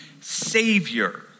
savior